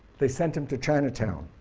they sent him to chinatown.